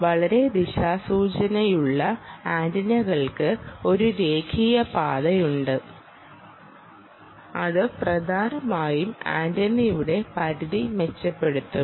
വളരെ ദിശാസൂചനയുള്ള ആന്റിനകൾക്ക് ഒരു രേഖീയ പാതയുണ്ട് അത് പ്രധാനമായും ആന്റിനയുടെ പരിധി മെച്ചപ്പെടുത്തും